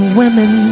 women